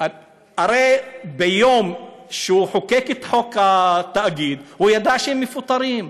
הרי ביום שהוא חוקק את חוק התאגיד הוא ידע שהם מפוטרים,